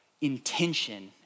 intention